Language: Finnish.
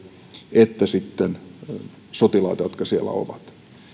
että sitten sotilaita jotka siellä ovat